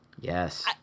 Yes